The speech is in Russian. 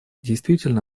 действительно